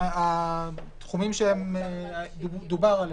התחומים שדובר עליהם,